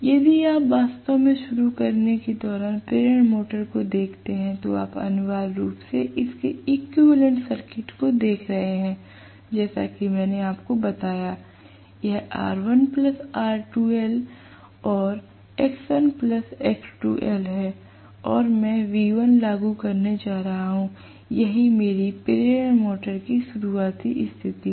यदि आप वास्तव में शुरू करने के दौरान प्रेरण मोटर को देखते हैं तो आप अनिवार्य रूप से इसके इक्विवेलेंट सर्किट को देख रहे हैं जैसा कि मैंने आपको बताया यह R1 R2l और X1X2l हैं और मैं V1 लागू करने जा रहा हूं यही मेरी प्रेरण मोटर की शुरुआती स्थिति है